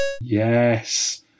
Yes